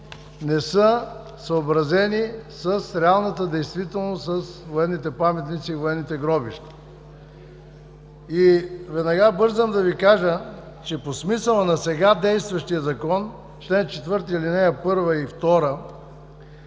не са съобразени с реалната действителност, с военните паметници и военните гробища. Веднага бързам да Ви кажа, че по смисъла на сега действащия Закон, чл. 4, алинеи 1 и 2,